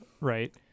right